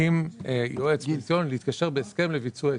עם יועץ פנסיוני להתקשר בהסכם לביצוע עסקה.